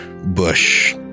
bush